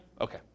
Okay